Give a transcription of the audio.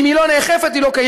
אם היא לא נאכפת, היא לא קיימת.